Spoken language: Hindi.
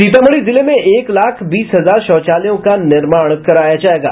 सीतामढ़ी जिले में एक लाख बीस हजार शौचालयों का निर्माण कराया जायेगा